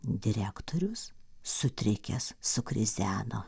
direktorius sutrikęs sukrizeno